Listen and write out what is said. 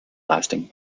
lasting